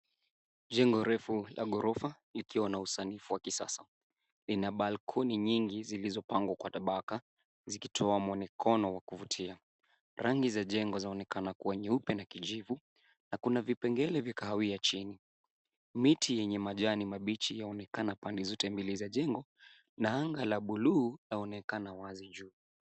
Jengo refu la gorofa likwa na usanifu wa kisasa. Lina balcony nyingi zilizopangwa kwa tabaka zikitoa mwonekano wa kuvutia. Rangi za jengo zaonekana kuwa nyeupe na kijivu na kuna vipengele vya kahawia chini. Miti yenye majani mabichi yaonekana pande zote mbili za jengo, na anga la bluu linaonekana wazi juu.